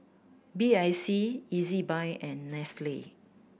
B I C Ezbuy and Nestle